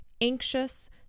anxious